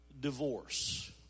divorce